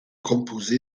composé